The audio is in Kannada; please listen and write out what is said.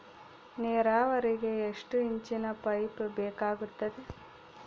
ನೇರಾವರಿಗೆ ಎಷ್ಟು ಇಂಚಿನ ಪೈಪ್ ಬೇಕಾಗುತ್ತದೆ?